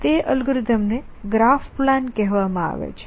તે અલ્ગોરિધમ ને graph plan કહેવામાં આવે છે